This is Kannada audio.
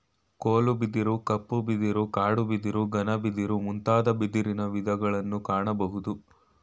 ಕೋಲು ಬಿದಿರು, ಕಪ್ಪು ಬಿದಿರು, ಕಾಡು ಬಿದಿರು, ಘನ ಬಿದಿರು ಮುಂತಾದ ಬಿದಿರಿನ ವಿಧಗಳನ್ನು ಕಾಣಬೋದು